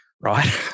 right